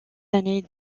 années